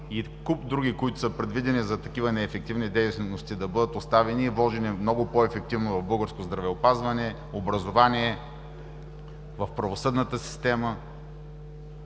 и куп други, които са предвидени за такива неефективни дейности, да бъдат оставени и вложени много по-ефективно в българското здравеопазване, образование, в правосъдната система,